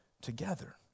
together